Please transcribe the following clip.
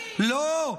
לא,